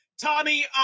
Tommy